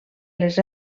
les